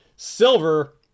Silver